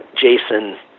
Jason